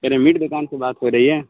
کہہ رہے ہیں میٹ دکان سے بات ہو رہی ہے